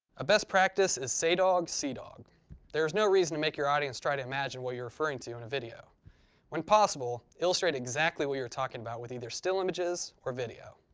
a best practice is say dog see dog there is no reason to make your audience try to imagine what you are referring to in a video when possible illustrate exactly what you are talking about with either still images or video.